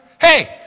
Hey